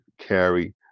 carry